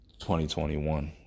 2021